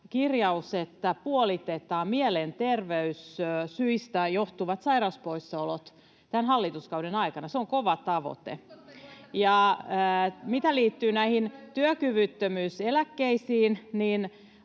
kirjaus, että puolitetaan mielenterveyssyistä johtuvat sairauspoissaolot tämän hallituskauden aikana. Se on kova tavoite. [Aino-Kaisa Pekonen: Uskotteko,